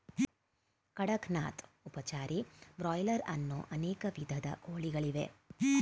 ಕಡಕ್ ನಾಥ್, ಉಪಚಾರಿ, ಬ್ರಾಯ್ಲರ್ ಅನ್ನೋ ಅನೇಕ ವಿಧದ ಕೋಳಿಗಳಿವೆ